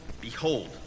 Behold